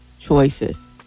Choices